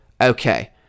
Okay